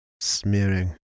smearing